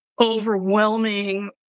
overwhelming